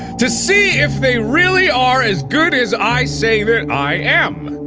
to see if they really are as good as i say that i am.